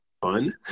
fun